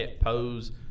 pose